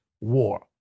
war